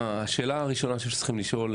השאלה הראשונה שאני חושב שצריכים לשאול,